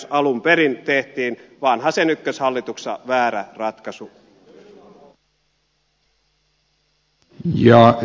alun perin tehtiin vanhasen ykköshallituksessa väärä ratkaisu